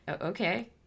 Okay